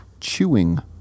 chewing